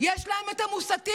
יש להם את המוסתים,